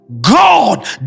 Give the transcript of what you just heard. God